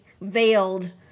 veiled